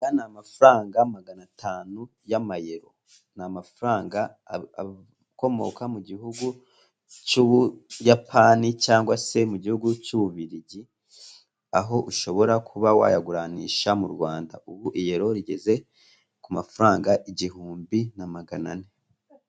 Aya ni amafaranga magana atanu y'Amayero, ni amafaranga akomoka mu gihugu cy'Ubuyapani cyangwa se mu gihugu cy'Ububirigi, aho ushobora kuba wayaguranisha mu Rwanda, ubu Iyero rigeze ku mafaranga igihumbi na magana ane.